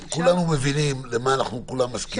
כולנו מבינים על מה אנחנו כולנו מסכימים ועל